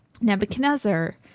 Nebuchadnezzar